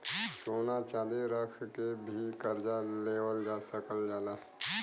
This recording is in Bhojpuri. सोना चांदी रख के भी करजा लेवल जा सकल जाला